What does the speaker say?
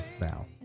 now